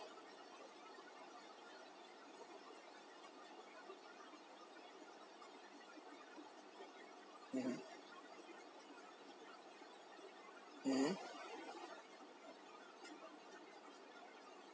uh um